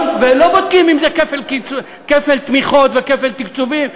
ולא בודקים אם זה כפל תמיכות וכפל תקצובים.